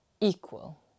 equal